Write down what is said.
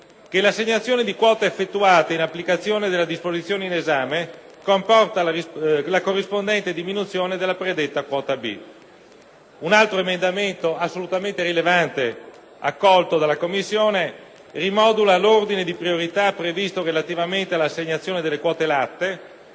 che l'assegnazione di quota effettuata in applicazione della disposizione in esame comporta la corrispondente diminuzione della predetta quota B. Un altro emendamento assolutamente rilevante accolto dalla Commissione rimodula l'ordine di priorità previsto relativamente all'assegnazione delle quote latte,